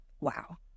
Wow